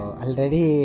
already